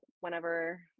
whenever